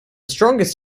strongest